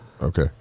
okay